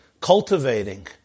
cultivating